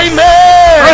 Amen